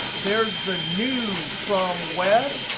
there's the new from web,